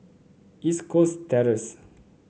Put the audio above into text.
East Coast Terrace